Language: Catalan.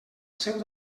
seu